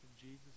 Jesus